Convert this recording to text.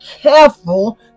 careful